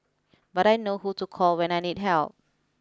but I know who to call when I need help